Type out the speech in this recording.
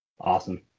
Awesome